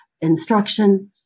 instruction